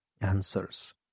Answers